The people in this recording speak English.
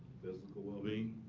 physical well-being?